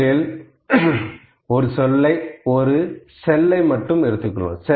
முதலில் ஒரு செல்லை மட்டும் எடுத்துக் கொள்வோம்